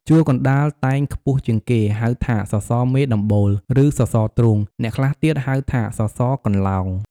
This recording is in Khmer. ជួរកណ្តាលតែងខ្ពស់ជាងគេ ហៅថាសសរមេដំបូល ឬសសរទ្រូង អ្នកខ្លះទៀតហៅថាសសរកន្លោង។